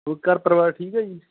ਹੋਰ ਘਰ ਪਰਿਵਾਰ ਠੀਕ ਹੈ ਜੀ